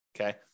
okay